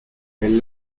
elle